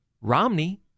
Romney